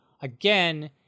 again